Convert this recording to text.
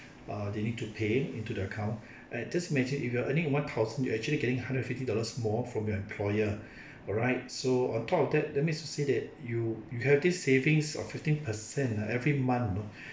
uh they need to pay into the account ah just imagine if you are earning one thousand you are actually getting a hundred and fifty dollars more from your employer alright so on top of that that means to say that you you have this savings of fifteen percent ah every month you know